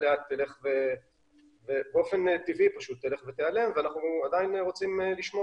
לאט תלך ובאופן טבעי תעלם ואנחנו עדיין רוצים לשמור